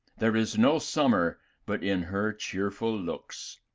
there is no summer but in her cheerful looks,